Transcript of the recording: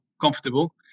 comfortable